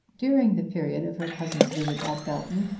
during the period of her cousin's visit at belton,